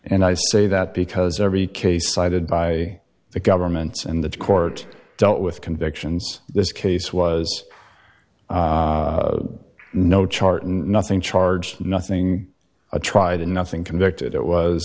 and i say that because every case cited by the governments in that court dealt with convictions this case was no chart and nothing charge nothing a tried and nothing convicted it was